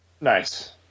Nice